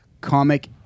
comic